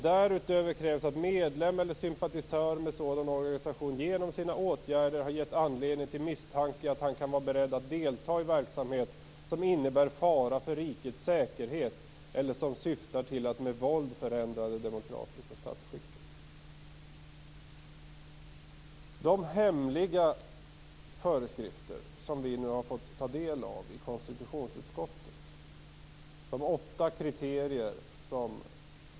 Därutöver krävs att medlem eller sympatisör till en sådan organisation genom sina åtgärder har gett anledning till misstankar att han kan vara beredd att delta i verksamhet som innebär fara för rikets säkerhet eller som syftar till att med våld förändra det demokratiska statsskicket. De hemliga föreskrifter som vi har fått ta del av i konstitutionsutskottet utgörs av åtta kriterier.